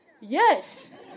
Yes